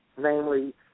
namely